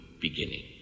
beginning